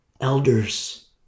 elders